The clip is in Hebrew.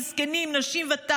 זקנים נשים וטף,